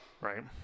Right